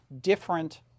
different